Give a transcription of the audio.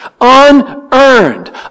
unearned